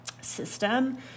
system